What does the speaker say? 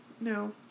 No